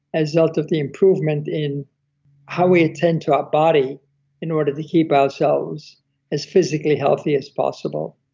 a result of the improvement in how we attend to our body in order to keep ourselves as physically healthy as possible,